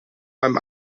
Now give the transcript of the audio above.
beim